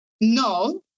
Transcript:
no